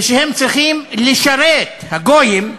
ושהם צריכים לשרת, הגויים,